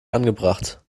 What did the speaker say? angebracht